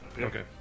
Okay